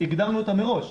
הגדרנו אותה מראש,